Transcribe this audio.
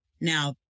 now